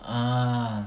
ah